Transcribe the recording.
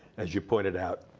as you pointed out,